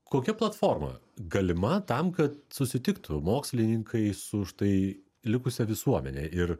kokia platforma galima tam kad susitiktų mokslininkai su štai likusia visuomene ir